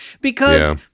because-